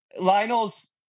Lionel's